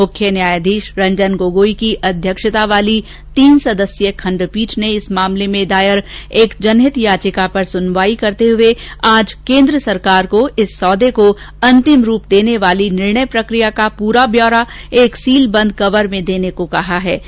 मुख्य न्यायाधीश रंजन गोगोई की अध्यक्षता वाली तीन सदस्यीय खंडपीठ ने इस मामले में दायर एक जनहित याचिका पर सुनवाई करते हुए आज केन्द्र सरकार को इस सौदे को अंतिम रूप देने वाली निर्णय प्रक्रिया को पूरा ब्यौरा एक सीलबंद कवर में देने को कहाहै